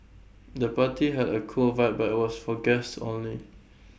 the party had A cool vibe but was for guests only